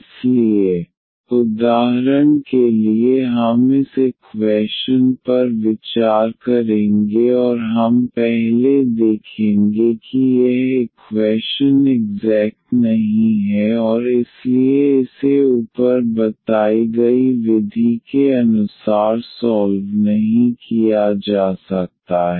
इसलिए उदाहरण के लिए हम इस इक्वैशन पर विचार करेंगे और हम पहले देखेंगे कि यह इक्वैशन इग्ज़ैक्ट नहीं है और इसलिए इसे ऊपर बताई गई विधि के अनुसार सॉल्व नहीं किया जा सकता है